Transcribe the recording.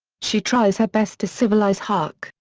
she tries her best to civilize huck,